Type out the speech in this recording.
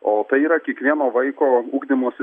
o tai yra kiekvieno vaiko ugdymosi